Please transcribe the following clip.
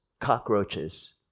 cockroaches